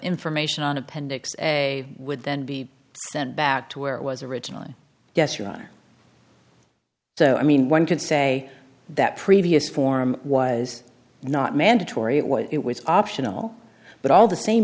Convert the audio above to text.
information on appendix a would then be sent back to where it was originally yes or i so i mean one could say that previous form was not mandatory it was it was optional but all the same